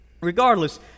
regardless